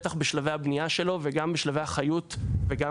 בטח בשלבי הבנייה שלו וגם בשלבי החיות וגם